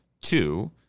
two